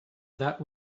that